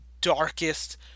darkest